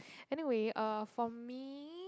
anyway uh for me